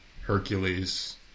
Hercules